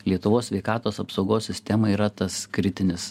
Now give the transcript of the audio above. lietuvos sveikatos apsaugos sistemai yra tas kritinis